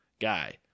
guy